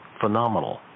phenomenal